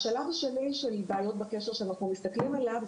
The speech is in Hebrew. השלב השני של בעיות בקשר שאנחנו מסתכלים עליו,